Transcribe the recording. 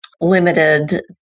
limited